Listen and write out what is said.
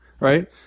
Right